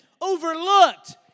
overlooked